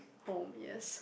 home yes